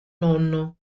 nonno